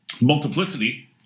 Multiplicity